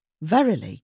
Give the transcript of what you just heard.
Verily